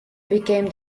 became